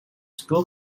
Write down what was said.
school